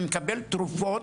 אני מקבל תרופות,